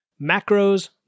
macros